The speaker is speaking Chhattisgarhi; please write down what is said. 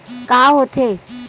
का होथे?